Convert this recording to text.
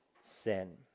sin